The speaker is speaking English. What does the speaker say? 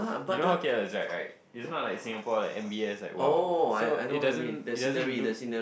you know how K_L is like right it's not like Singapore like M_B_S like !wow! so it doesn't it doesn't look